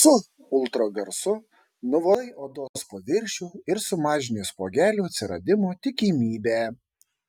su ultragarsu nuvalai odos paviršių ir sumažini spuogelių atsiradimo tikimybę